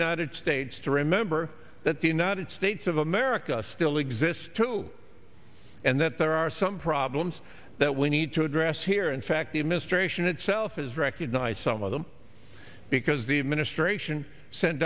united states to remember that the united states of america still exists too and that there are some problems that we need to address here in fact the administration itself has recognized some of them because the administration sent